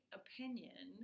opinion